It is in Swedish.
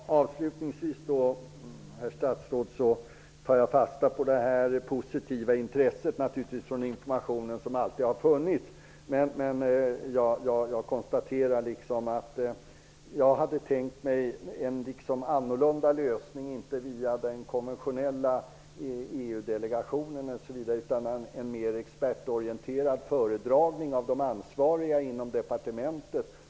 Herr talman! Avslutningsvis, herr statsråd, tar jag fasta på det positiva intresset som alltid har funnits när det gäller information. Men jag hade tänkt mig en annorlunda lösning, inte via den konventionella EU-delegationen utan en mera expertorienterad föredragning av de ansvariga inom departementet.